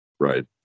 Right